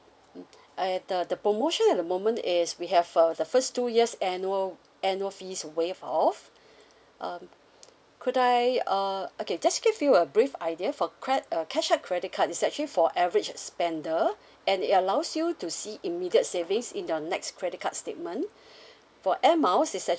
and the the promotion at the moment is we have uh the first two years annual annual fees waive off um could I uh okay just give you a brief idea for cred~ uh cashback credit card is actually for average spender and it allows you to see immediate savings in your next credit card statement for air miles it's